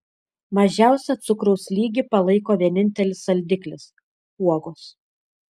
mažiausią cukraus lygį palaiko vienintelis saldiklis uogos